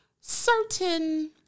certain